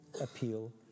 appeal